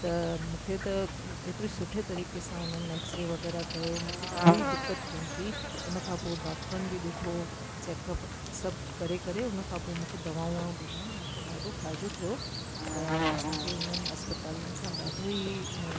त मूंखे त एतिरी सुठे तरीक़े सां उन्हनि एक्सरे वग़ैराह कयो मूंखे कोई दिक़त कोन्ह थी उनखां पोइ डॉक्टरनि बि ॾिठो चेकअप सभु करे करे उनखां पोइ मूंखे दवाऊं ॿवाऊं ॾिननि ऐं मुखे ॾाढो फ़ाइदो थियो त असांखे हुननि अस्पतालुनि सां ॾाढो ई